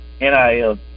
NIL